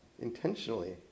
intentionally